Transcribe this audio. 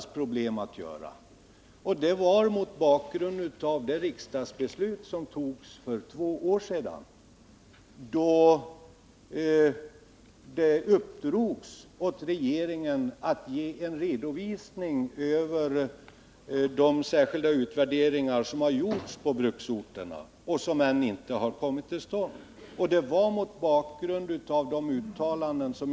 Bakgrunden till den reservationen är det riksdagsbeslut som togs för två år sedan, i vilket det uppdrogs åt regeringen att redovisa de utvärderingar som gjorts på bruksorterna. Den redovisningen har ännu inte lämnats.